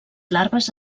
larves